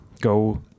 go